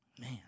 Man